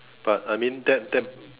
but I mean that that